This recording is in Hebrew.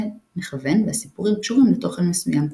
מכוון והסיפורים קשורים לתוכן מסוים.